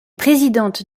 présidente